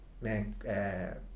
man